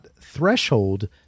Threshold